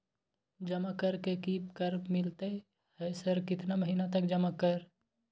जमा कर के की कर मिलते है सर केतना महीना तक जमा सर?